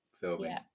filming